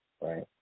right